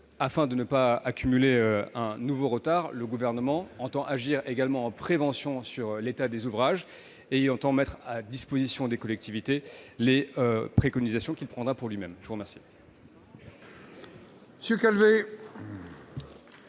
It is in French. afin de ne pas accumuler de nouveaux retards, le Gouvernement entend agir également en prévention sur l'état des ouvrages. Il entend mettre à disposition des collectivités les préconisations qu'il prendra pour lui-même. La parole